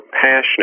passionate